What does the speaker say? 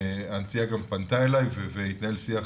הנשיאה גם פנתה אליי והתנהל שיח